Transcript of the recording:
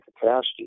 capacity